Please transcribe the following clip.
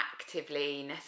actively